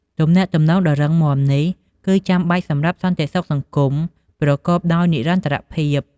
ទំនាក់ទំនងដ៏រឹងមាំនេះគឺចាំបាច់សម្រាប់សន្តិសុខសង្គមប្រកបដោយនិរន្តរភាព។